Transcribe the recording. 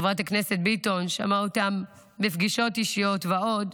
וחברת הכנסת ביטון שמעה אותן בפגישות אישיות ועוד,